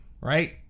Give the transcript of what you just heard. right